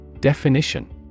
Definition